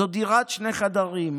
זאת דירת שני חדרים,